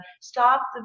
stop